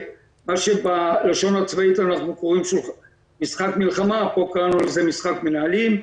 מה שנקרא בלשון הצבאית נקרא "משחק מלחמה" כאן קראנו לו "משחק מנהלים".